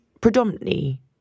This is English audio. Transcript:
predominantly